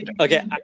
okay